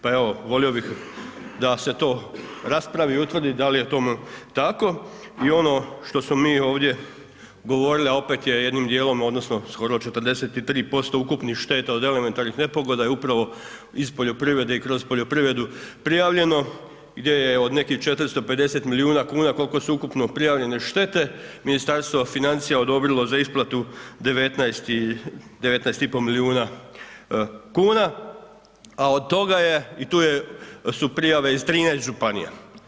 Pa evo, volio bih da se to raspravi i utvrdi da li je tome tako i ono što smo mi ovdje govorili, a opet je jednim dijelom, odnosno skoro 43% ukupnih šteta od elementarnih nepogoda je upravo iz poljoprivrede i kroz poljoprivredu prijavljeno gdje je od nekih 450 milijuna kn, koliko su ukupno prijavljene štete, Ministarstvo financija odobrilo za isplatu 19,5 milijuna kuna, i od toga je i tu su prijave iz 13 županija.